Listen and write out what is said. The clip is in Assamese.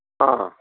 অঁ